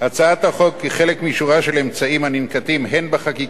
הצעת החוק היא חלק משורה של אמצעים הננקטים הן בחקיקה,